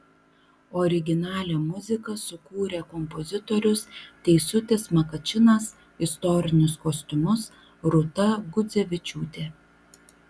originalią muziką sukūrė kompozitorius teisutis makačinas istorinius kostiumus rūta gudzevičiūtė